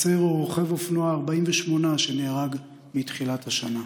הצעיר הוא רוכב האופנוע ה-48 שנהרג מתחילת השנה.